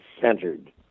centered